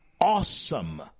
awesome